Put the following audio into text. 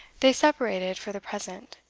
they separated for the present.